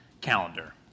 calendar